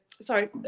Sorry